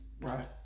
Right